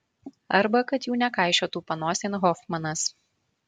arba kad jų nekaišiotų panosėn hofmanas